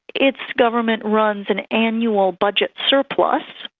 its government runs an annual budget surplus,